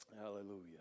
Hallelujah